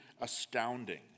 astounding